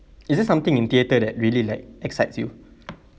is it something in theatre that really like excites you